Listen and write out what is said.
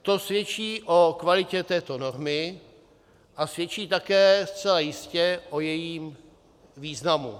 To svědčí o kvalitě této normy a svědčí také zcela jistě o jejím významu.